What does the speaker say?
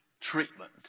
treatment